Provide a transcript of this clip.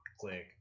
Click